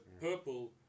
purple